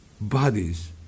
bodies